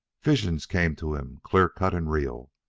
visions came to him, clear-cut and real,